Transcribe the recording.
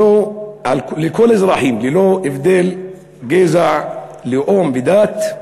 לכל האזרחים, ללא הבדל גזע, לאום ודת,